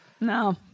No